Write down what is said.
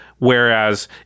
Whereas